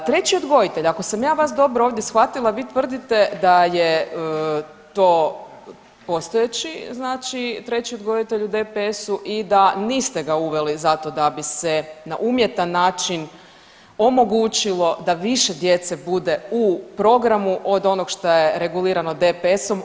No, treći odgojitelj, ako sam ja vas dobro ovdje shvatila vi tvrdite da je to postojeći znači treći odgojitelj u DPS-u i da niste ga uveli zato da bi se na umjetan način omogućilo da više djece bude u programu od onog šta je regulirano DPS-om.